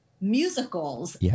musicals